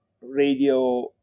radio